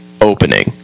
opening